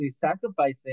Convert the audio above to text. sacrificing